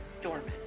dormant